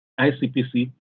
ICPC